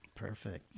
Perfect